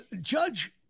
Judge